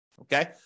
okay